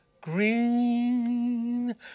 green